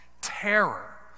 terror